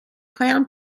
clown